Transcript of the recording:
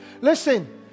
Listen